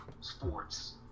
sports